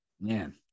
Man